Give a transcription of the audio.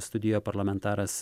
studijoje parlamentaras